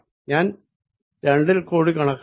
ഞാൻ 2 ൽ കൂടി കണക്കാക്കി